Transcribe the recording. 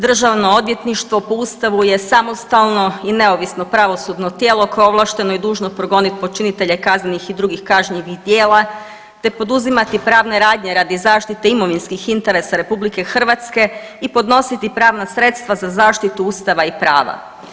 Državno odvjetništvo po Ustavu je samostalno i neovisno pravosudno tijelo koje je ovlašteno i dužno progonit počinitelje kaznenih i drugih kažnjivih djela te poduzimati pravne radnje radi zaštite imovinskih interesa RH i podnositi pravna sredstva za zaštitu Ustava i prava.